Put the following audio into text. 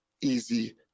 easy